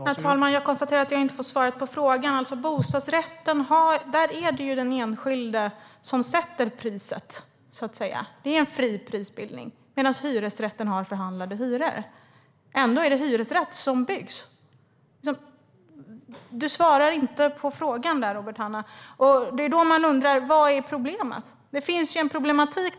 Herr talman! Jag konstaterar att jag inte får svar på frågan. När det gäller bostadsrätten är det den enskilde som sätter priset, så att säga - det är en fri prisbildning - medan hyresrätten har förhandlade hyror. Ändå är det hyresrätt som byggs. Du svarar inte på frågan, Robert Hannah. Då undrar man: Vad är problemet? Det finns en problematik.